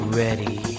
ready